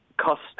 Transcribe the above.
cost